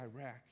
Iraq